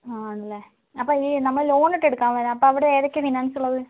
ആ ആണല്ലേ അപ്പോൾ ഈ നമ്മൾ ലോൺ എടുക്കാൻ വര അപ്പോൾ ഏതൊക്കെ ഫിനാൻസ് ഉള്ളത്